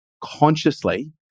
consciously